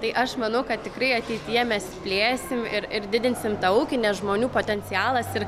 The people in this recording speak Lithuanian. tai aš manau kad tikrai ateityje mes plėsim ir ir didinsim tą ūkį nes žmonių potencialas ir